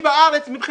בארץ.